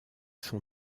son